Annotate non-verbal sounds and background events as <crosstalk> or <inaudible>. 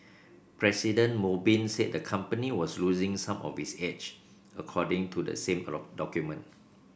President Mo Bin said the company was losing some of its edge according to the same <unintelligible> document